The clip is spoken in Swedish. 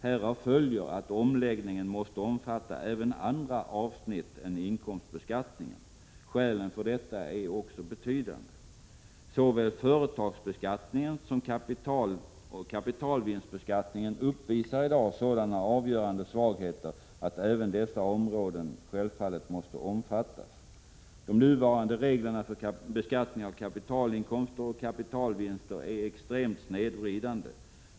Härav följer att omläggningen måste omfatta även andra avsnitt än inkomstbeskattningen. Skälen till detta är betydande. Såväl företagsbeskattningen som kapitalvinstbeskattningen uppvisar i dag sådana avgörande svagheter att även områden som dessa måste omfattas. De nuvarande reglerna för beskattning av kapitalinkomster och kapitalvinster är extremt snedvridande.